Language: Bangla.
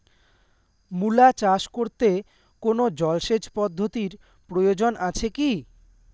মূলা চাষ করতে কোনো জলসেচ পদ্ধতির প্রয়োজন আছে কী?